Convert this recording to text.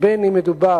בין אם מדובר